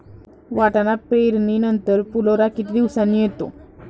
वाटाणा पेरणी नंतर फुलोरा किती दिवसांनी येतो?